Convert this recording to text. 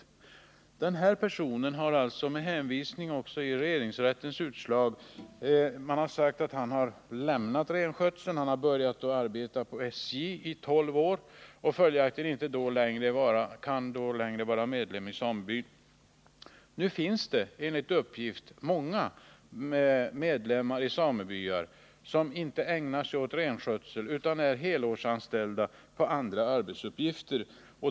Om den här personen har man, med hänvisning till regeringsrättens utslag, sagt att han lämnat renskötseln och börjat arbeta på SJ och att han fortsatt med det i tolv år och följaktligen inte längre kan vara medlem i samebyn. Nu finns det emellertid enligt uppgift många medlemmar i samebyar som inte ägnar sig helt åt renskötseln, utan som är helårsanställda med andra arbetsuppgifter.